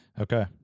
Okay